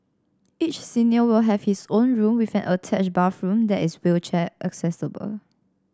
each senior will have his own room with an attached bathroom that is wheelchair accessible